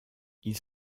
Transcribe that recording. ils